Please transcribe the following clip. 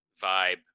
vibe